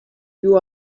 you